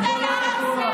עכשיו אתה שר.